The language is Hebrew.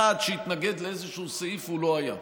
אחד שהתנגד לאיזשהו סעיף, הוא לא היה.